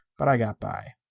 but i got by.